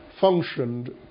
functioned